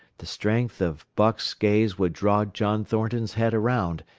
the strength of buck's gaze would draw john thornton's head around,